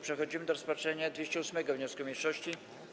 Przechodzimy do rozpatrzenia 208. wniosku mniejszości.